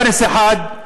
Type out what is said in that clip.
בארץ אחת,